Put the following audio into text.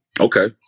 Okay